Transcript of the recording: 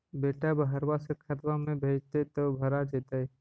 बेटा बहरबा से खतबा में भेजते तो भरा जैतय?